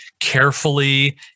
carefully